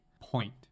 point